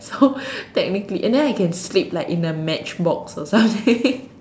so technically and then I can sleep like in a matchbox or something